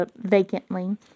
vacantly